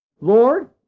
Lord